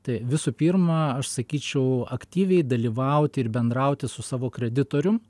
tai visų pirma aš sakyčiau aktyviai dalyvauti ir bendrauti su savo kreditorium